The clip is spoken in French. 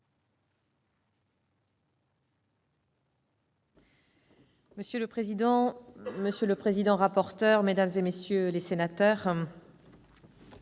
Monsieur le président, monsieur le président-rapporteur, mesdames, messieurs les sénateurs,